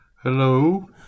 Hello